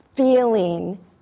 Feeling